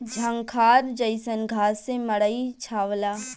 झंखार जईसन घास से मड़ई छावला